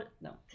No